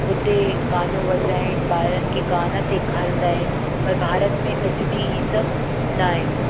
हुते गानो वॼाइण ॿारनि खे गाना सेखारींदा आहिनि पर भारत में अॼु बि इहे सभु न आहे